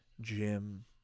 Jim